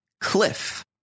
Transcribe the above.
Cliff